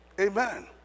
Amen